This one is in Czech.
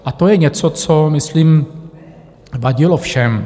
A to je něco, co myslím vadilo všem.